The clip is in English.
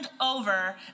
over